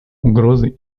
угрозы